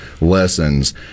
lessons